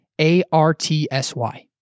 A-R-T-S-Y